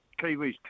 Kiwis